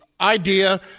idea